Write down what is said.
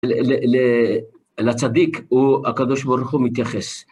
לצדיק הוא... הקדוש ברוך הוא מתייחס.